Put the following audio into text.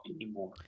anymore